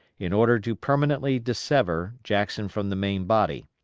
in order to permanently dissever jackson from the main body.